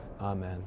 amen